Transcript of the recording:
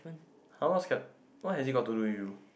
[huh] what's cap why have it got toward you